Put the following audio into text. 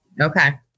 Okay